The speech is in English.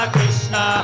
Krishna